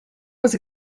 was